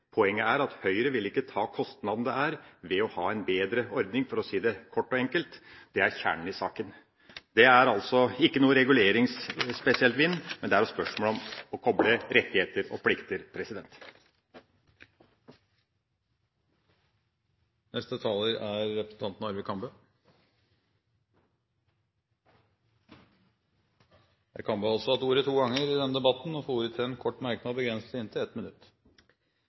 Poenget er – for å si det kort og enkelt – at Høyre ikke vil ta kostnaden ved å ha en bedre ordning. Det er kjernen i saken. Det er altså ikke snakk om noen spesiell «reguleringsvind», men det er et spørsmål om å koble rettigheter og plikter. Arve Kambe har hatt ordet to ganger tidligere og får ordet til en kort merknad, begrenset til 1 minutt. Jeg tror kanskje representanten Lundteigen misforstår noe. Økningen i